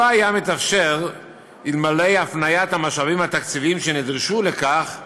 לא היה מתאפשר אלמלא הפניית המשאבים התקציביים שנדרשו לכך